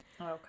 okay